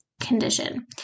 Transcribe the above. condition